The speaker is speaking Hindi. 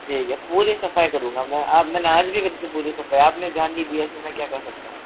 ठीक है पूरी सफाई करूँगा मैं अब मैंने आज ही की थी पूरी सफाई आपने ध्यान नहीं दिया फिर मैं क्या कर सकता हूँ